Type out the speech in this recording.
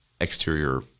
exterior